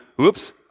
oops